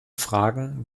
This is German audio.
fragen